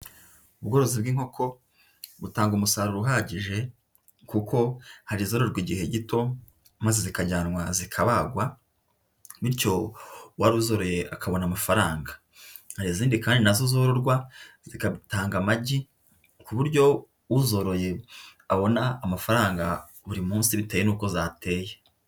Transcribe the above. Ubworozi bw'inkoko butanga umusaruro uhagije kuko hari izororwa igihe gito maze zikajyanwa zikabagwa bityo uwari uzoroye akabona amafaranga. Hari izindi kandi na zo zororwa zigatanga amagi ku buryo uzoroye abona amafaranga buri munsi bitewe n'uko zateye.